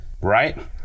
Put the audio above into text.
right